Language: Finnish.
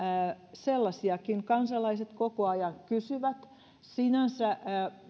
sellaisiakin kansalaiset koko ajan kysyvät sinänsä